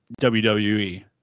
WWE